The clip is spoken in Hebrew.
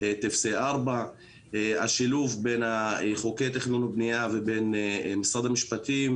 טפסי 4. השילוב בין חוקי תכנון ובנייה ובין משרד המשפטים,